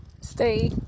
stay